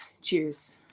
Cheers